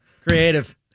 Creative